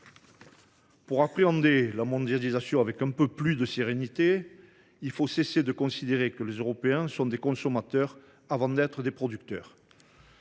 Pour appréhender la mondialisation avec un peu plus de sérénité, il faut cesser de considérer que les Européens sont des consommateurs avant d’être des producteurs.